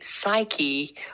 psyche